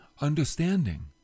understanding